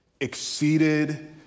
exceeded